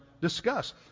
discuss